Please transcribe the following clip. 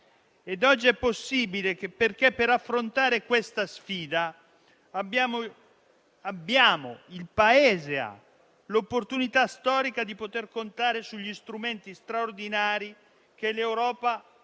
è possibile, perché per affrontare questa sfida il Paese ha l'opportunità storica di poter contare sugli strumenti straordinari che l'Europa